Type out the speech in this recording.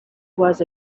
was